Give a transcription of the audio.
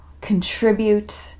contribute